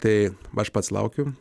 tai aš pats laukiu